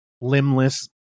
limbless